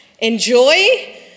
enjoy